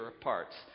parts